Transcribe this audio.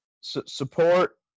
Support